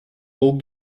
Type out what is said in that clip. woke